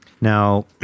Now